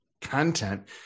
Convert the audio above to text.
content